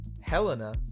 Helena